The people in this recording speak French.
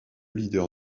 leader